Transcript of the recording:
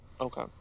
okay